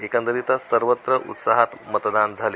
एकंदरितच सर्वत्र उत्साहात मतदान झाले